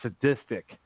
sadistic